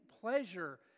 pleasure